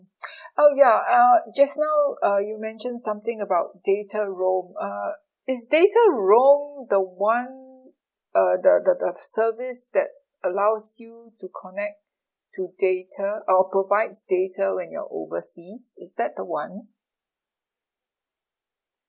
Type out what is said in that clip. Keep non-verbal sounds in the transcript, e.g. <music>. <breath> oh ya uh just now uh you mention something about data roam uh is data roam the one uh the the the service that allows you to connect to data or provides data when you're overseas is that the one